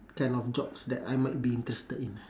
kind of jobs that I might be interested in ah